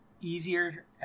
easier